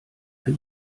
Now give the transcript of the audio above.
für